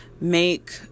make